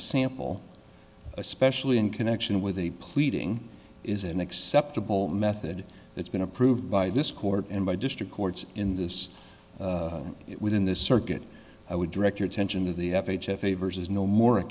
sample especially in connection with the pleading is an acceptable method that's been approved by this court and by district courts in this within this circuit i would direct your attention to the f h a favors is no more a